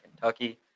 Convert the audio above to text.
Kentucky